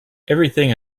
everything